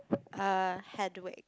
uh Hedwig